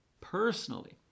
personally